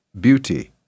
Beauty